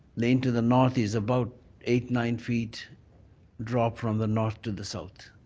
lane to the north is about eight, nine feet drop from the north to the south.